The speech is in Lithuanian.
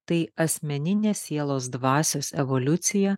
tai asmeninė sielos dvasios evoliucija